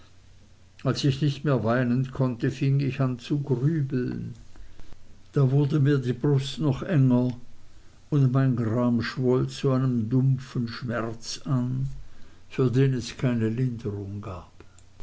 als ich nicht mehr weinen konnte fing ich an zu grübeln da wurde mir die brust noch enger und mein gram schwoll zu einem dumpfen schmerz an für den es keine linderung gab